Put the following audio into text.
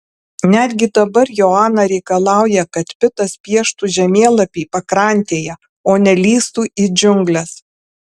netgi dabar joana reikalauja kad pitas pieštų žemėlapį pakrantėje o ne lįstų į džiungles